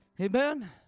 Amen